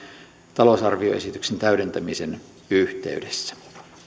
talousarvioesityksen täydentämisen yhteydessä